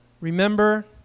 Remember